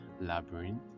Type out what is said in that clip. Labyrinth